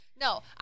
No